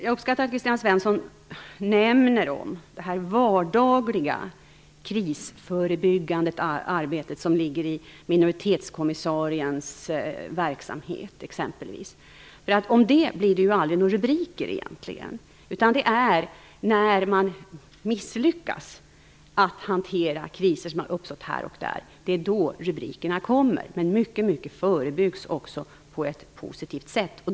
Jag uppskattar att Kristina Svensson nämner det vardagliga krisförebyggande arbetet, som ligger i exempelvis minoritetskommissariens verksamhet. Om det arbetet blir det ju egentligen aldrig några rubriker, utan det är när man misslyckas med att hantera kriser, som uppstått än här än där, som rubrikerna kommer. Men många kriser förebyggs också på ett positivt sätt.